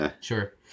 sure